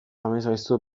amesgaizto